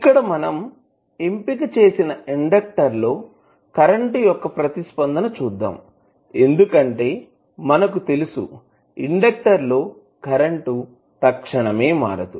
ఇక్కడ మనం ఎంపిక చేసిన ఇండెక్టర్ లో కరెంటు యొక్క ప్రతిస్పందన చూద్దాం ఎందుకంటే మనకు తెలుసు ఇండెక్టర్ లో కరెంటు తక్షణమే మారదు